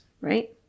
right